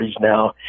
now